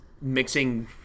mixing